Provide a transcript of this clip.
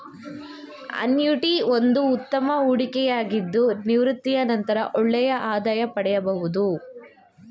annuity ಒಂದು ಉತ್ತಮ ಹೂಡಿಕೆಯಾಗಿದ್ದು ನಿವೃತ್ತಿಯ ನಂತರ ಒಳ್ಳೆಯ ಆದಾಯ ಪಡೆಯಬಹುದು